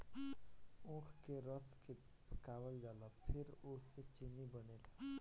ऊख के रस के पकावल जाला फिर ओसे चीनी बनेला